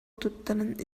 туттаран